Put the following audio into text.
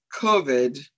COVID